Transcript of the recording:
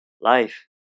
life